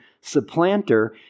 Supplanter